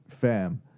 Fam